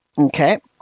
Okay